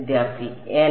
വിദ്യാർഥി എൻ